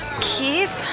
Keith